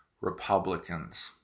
Republicans